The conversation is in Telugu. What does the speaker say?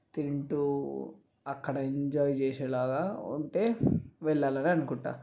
తింటూ అక్కడ ఎంజాయ్ చేసేలాగా ఉంటే వెళ్ళాలనే అనుకుంటా